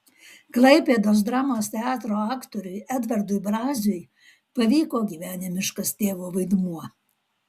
klaipėdos dramos teatro aktoriui edvardui braziui pavyko gyvenimiškas tėvo vaidmuo